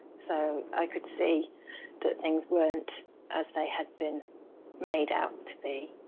so i could see that things weren't as they had been made out to be.